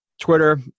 Twitter